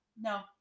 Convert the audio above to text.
No